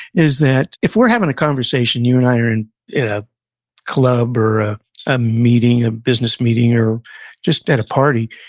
is that, if we're having a conversation, you and i are in in a club or a a meeting, a business meeting or just at a party,